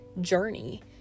journey